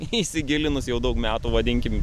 įsigilinus jau daug metų vadinkim